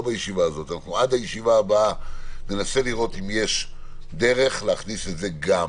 עד הישיבה הבאה ננסה לראות אם יש דרך להכניס גם את זה.